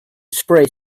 spray